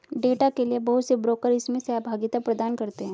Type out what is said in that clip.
data के लिये बहुत से ब्रोकर इसमें सहभागिता प्रदान करते हैं